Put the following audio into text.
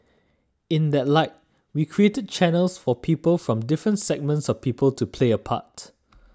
in that light we created channels for people from different segments of people to play a part